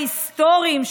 ההיסטוריים,